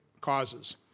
causes